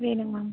வேணுங்க மேம்